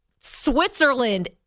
Switzerland